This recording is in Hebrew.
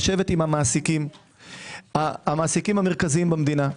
לשבת עם המעסיקים המרכזיים במדינה,